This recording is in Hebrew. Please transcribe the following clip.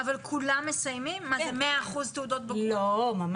אז זה כולם מסיימים זה 100% תעודות בגרות?